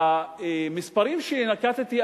המספרים שנקטתי,